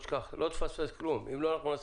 כשהגשנו את המכרז,